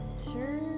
sure